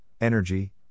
energy